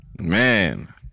Man